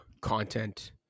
content